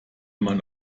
man